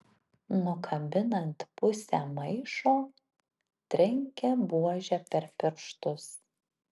nukabinant pusę maišo trenkia buože per pirštus